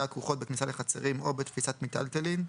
הכרוכות בכניסה לחצרים או בתפיסת מיטלטין,